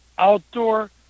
outdoor